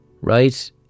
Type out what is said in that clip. Right